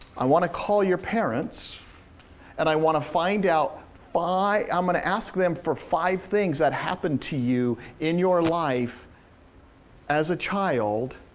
i wanna call your parents and i wanna find out, i'm gonna ask them for five things that happened to you in your life as a child,